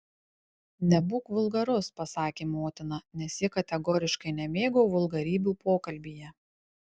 nebūk vulgarus pasakė motina nes ji kategoriškai nemėgo vulgarybių pokalbyje